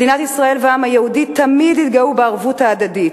מדינת ישראל והעם היהודי תמיד התגאו בערבות ההדדית,